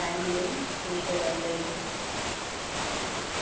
চাই মেলি ধুনীয়াকে যাব পাৰিব